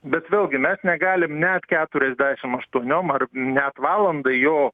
bet vėlgi mes negalim net keturiasdešim aštuoniom ar net valandai jo